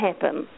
happen